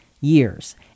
years